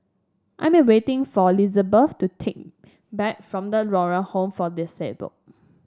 I am waiting for Lizabeth to take back from The Moral Home for Disable